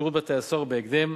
ושירות בתי-הסוהר בהקדם.